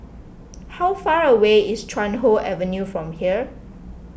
how far away is Chuan Hoe Avenue from here